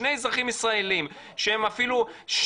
שני אזרחים ישראלים שהם אפילו,